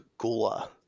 Gula